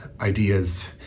ideas